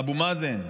אבו מאזן,